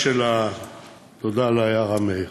תודה על ההערה, מאיר.